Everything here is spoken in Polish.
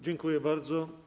Dziękuję bardzo.